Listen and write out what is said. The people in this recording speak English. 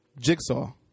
Jigsaw